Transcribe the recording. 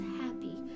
happy